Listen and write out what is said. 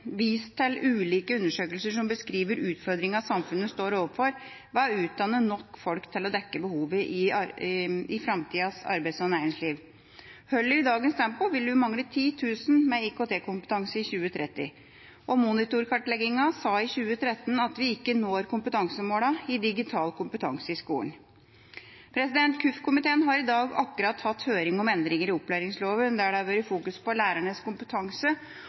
vist til ulike undersøkelser som beskriver utfordringa samfunnet står overfor med å utdanne nok folk til å dekke behovet i framtidas arbeids- og næringsliv. Holder vi dagens tempo, vil vi mangle 10 000 med IKT-kompetanse i 2030, og Monitor-kartlegginga i 2013 sa at vi ikke når kompetansemålene for digital kompetanse i skolen. KUF-komiteen har i dag hatt høring om endringer i opplæringsloven, der det har vært fokus på lærernes kompetanse